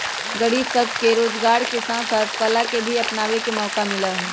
गरीब सब के रोजगार के साथ साथ कला के भी अपनावे के मौका मिला हई